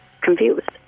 confused